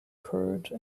occurred